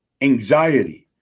anxiety